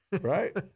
Right